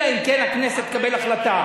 אלא אם כן הכנסת תקבל החלטה.